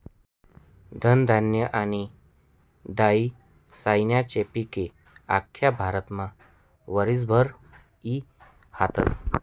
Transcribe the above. धनधान्य आनी दायीसायीस्ना पिके आख्खा भारतमा वरीसभर ई हातस